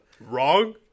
wrong